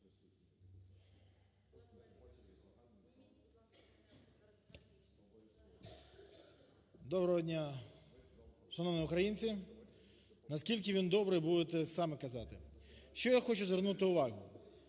Доброго дня, шановні українці. Наскільки він добрий, будете самі казати. На що я хочу звернути увагу.